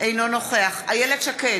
אינו נוכח איילת שקד,